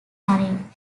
running